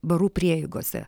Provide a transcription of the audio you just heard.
barų prieigose